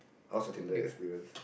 how's your Tinder experience